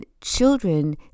children